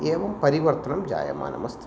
एवं परिवर्तनं जायमानमस्ति